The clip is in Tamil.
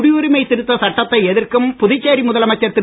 குடியுரிமை திருத்தச் சட்டத்தை எதிர்க்கும் புதுச்சேரி முதலமைச்சர் திரு